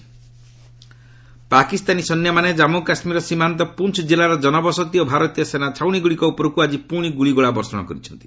cease fire Pakistani ସୈନ୍ୟମାନେ କାମ୍ମୁ କାଶ୍କୀରର ସୀମାନ୍ତ ପୁଞ୍ଞ କିଲ୍ଲାର ଜନବସତି ଓ ଭାରତୀୟ ସେନା ଛାଉଣିଗୁଡ଼ିକ ଉପରକୁ ଆଜି ପୁଣି ଗୁଳିଗୋଳା ବର୍ଷଣ କରିଛନ୍ତି